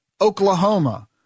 Oklahoma